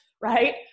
right